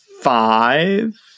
five